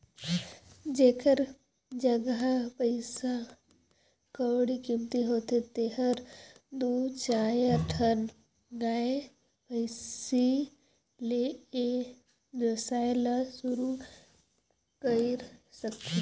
जेखर जघा पइसा कउड़ी कमती होथे तेहर दू चायर ठन गाय, भइसी ले ए वेवसाय ल सुरु कईर सकथे